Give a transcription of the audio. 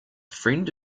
friend